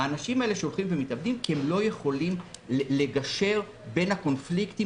כי הם לא יכולים לגשר בין הקונפליקטים